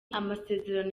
amasezerano